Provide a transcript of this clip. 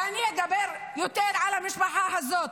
ואני אדבר יותר על המשפחה הזאת.